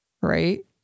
right